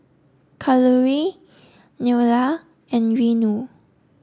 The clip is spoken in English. Kalluri Neila and Renu